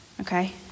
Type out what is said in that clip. Okay